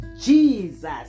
Jesus